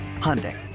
Hyundai